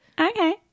Okay